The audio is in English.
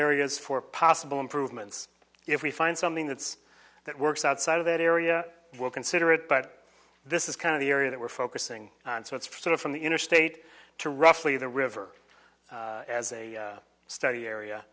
areas for possible improvements if we find something that's that works outside of that area we'll consider it but this is kind of the area that we're focusing on so it's sort of from the interstate to roughly the river as a study area